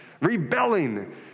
Rebelling